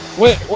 wait!